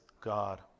God